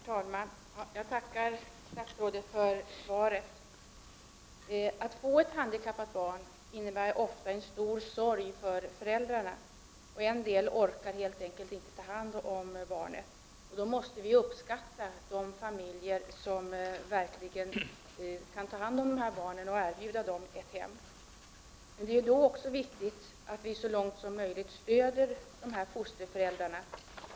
Herr talman! Jag tackar statsrådet för svaret. Att få ett handikappat barn innebär ofta en stor sorg för föräldrarna, och en del orkar helt enkelt inte ta hand om barnet. Då måste vi uppskatta de familjer som verkligen tar hand om dessa barn och erbjuder dem ett hem. Det är då också viktigt att vi så långt det är möjligt stöder de här fosterföräldrarna.